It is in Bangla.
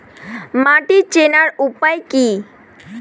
মাটি চেনার উপায় কি?